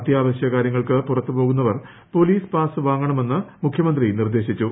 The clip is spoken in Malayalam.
അത്യാവശ്യ കാര്യങ്ങ ൾക്ക് പുറത്തു പോകുന്നവർ പൊലീസ് പാസ് വാങ്ങണമെന്ന് മുഖ്യമന്ത്രി നിർദ്ദേശിച്ചു